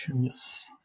Yes